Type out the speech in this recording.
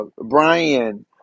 Brian